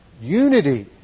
unity